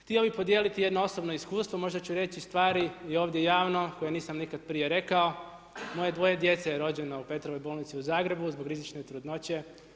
Htio bi podijeliti jedno osobno iskustvo, možda ću reći stvari i ovdje javno koje nisam nikad prije rekao, moje dvoje djece je rođeno u Petrovoj bolnici u zagrebu zbog rizične trudnoće.